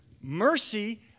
Mercy